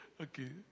Okay